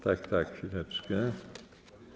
Tak, tak, chwileczkę.